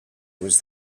was